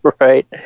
right